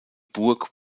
burg